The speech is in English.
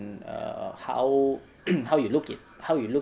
err how how you look it how you look